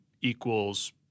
equals